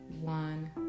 one